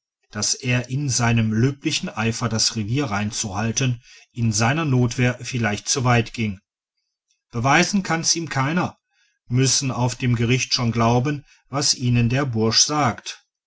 daß er in seinem löblichen eifer das revier reinzuhalten in seiner notwehr vielleicht zu weit ging beweisen kann's ihm keiner müssen auf dem gericht schon glauben was ihnen der bursch sagt